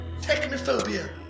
Technophobia